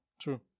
true